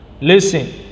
listen